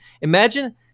Imagine